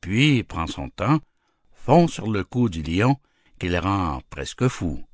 puis prend son temps fond sur le cou du lion qu'il rend presque fou